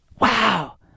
Wow